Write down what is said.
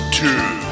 two